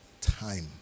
time